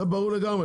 זה ברור לגמרי,